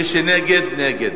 מי שנגד, נגד.